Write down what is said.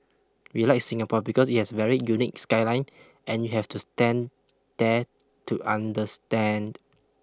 we like Singapore because it has a very unique skyline and you have to stand there to understand